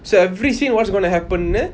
so every scene what's going to happen eh